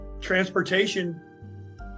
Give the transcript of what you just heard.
transportation